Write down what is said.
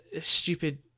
stupid